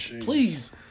please